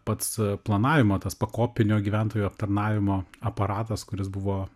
pats planavimo tas pakopinio gyventojų aptarnavimo aparatas kuris buvo